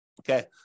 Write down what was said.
Okay